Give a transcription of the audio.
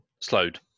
slowed